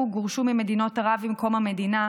או גורשו ממדינות ערב עם קום המדינה,